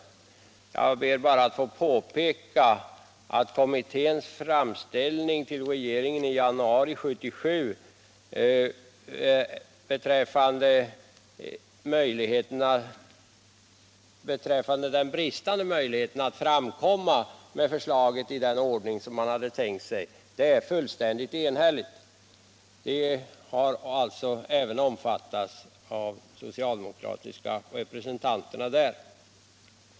Jag vill bara påpeka att kommitténs framställning till regeringen i januari 1977 beträffande de bristande möjligheterna att framkomma med förslaget i den ordning som man hade tänkt sig är fullständigt enhällig. Förslaget har alltså även omfattats av de socialdemokratiska representanterna.